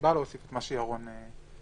סיבה להוסיף מה שירון אמר.